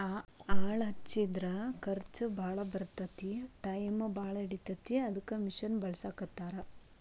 ಆಳ ಹಚ್ಚಿದರ ಖರ್ಚ ಬಾಳ ಬರತತಿ ಟಾಯಮು ಬಾಳ ಹಿಡಿತತಿ ಅದಕ್ಕ ಮಿಷನ್ ಬಳಸಾಕತ್ತಾರ